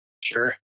Sure